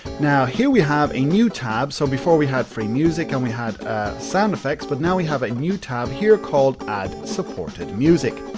now, here we have a new tab. so, before we had free music and we had sound effects but now, we have a new tab called add supported music.